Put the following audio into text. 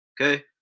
Okay